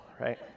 right